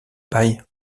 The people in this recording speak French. paille